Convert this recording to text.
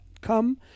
come